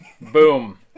boom